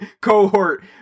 cohort